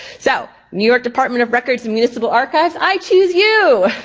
so new york department of records and municipal archives, i choose you!